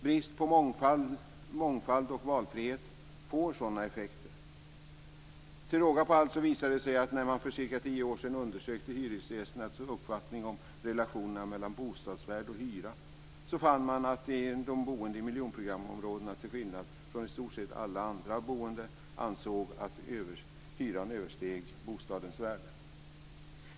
Brist på mångfald och valfrihet får sådana effekter. Till råga på allt visade det sig att man, när man för cirka tio år sedan undersökte hyresgästernas uppfattning om relationerna mellan bostadsvärde och hyra, fann att de boende i miljonprogramområdena till skillnad från i stort sett alla andra boende ansåg att hyran översteg bostadens värde.